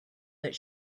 that